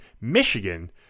Michigan